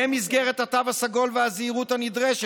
במסגרת התו הסגול והזהירות הנדרשת,